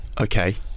Okay